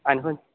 आनी खं